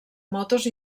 motos